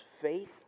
faith